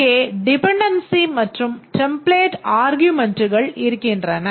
இங்கே டிபெண்டென்சி மற்றும் டெம்ப்ளேட் ஆர்குமெண்ட்கள் இருக்கின்றன